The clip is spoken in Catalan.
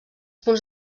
punts